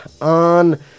on